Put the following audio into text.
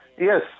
Yes